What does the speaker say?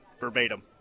verbatim